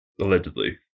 Allegedly